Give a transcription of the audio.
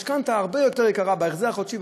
והמשכנתה הרבה יותר יקרה בהחזר החודשי,